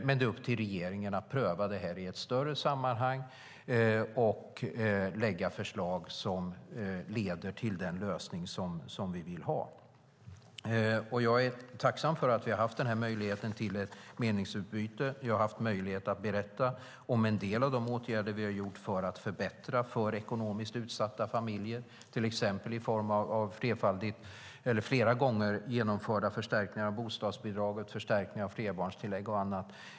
Men det är upp till regeringen att pröva det här i ett större sammanhang och lägga fram förslag som leder till den lösning som vi vill ha. Jag är tacksam för att vi kunnat ha detta meningsutbyte. Jag har haft möjlighet att berätta om en del av de åtgärder vi vidtagit för att förbättra för ekonomiskt utsatta familjer, till exempel i form av flera gånger genomförda förstärkningar av bostadsbidrag, förstärkning av flerbarnstillägg och annat.